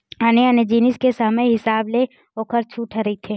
आने आने जिनिस के समे हिसाब ले ओखर छूट ह रहिथे